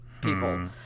people